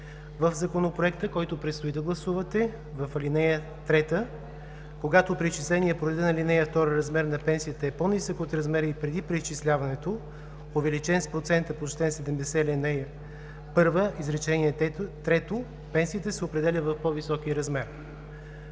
в Законопроекта, който предстои да гласувате, в ал. 3: „Когато преизчисленият по реда на ал. 2 размер на пенсията е по-нисък от размера й преди преизчисляването, увеличен с процента по чл. 70, ал. 1, изречение трето, пенсията се определя в по-високия й размер“.